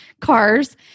cars